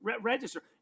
register